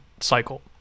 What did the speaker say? cycle